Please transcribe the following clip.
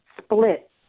split